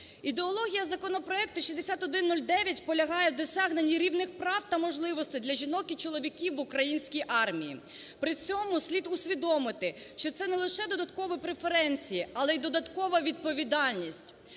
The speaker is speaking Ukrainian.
Ідеологія законопроекту 6109 полягає в досягненні рівних прав та можливостей для жінок і чоловіків в українській армії. При цьому слід усвідомити, що це не лише додаткові преференції, але й додаткова відповідальність.